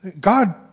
God